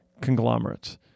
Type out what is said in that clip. conglomerates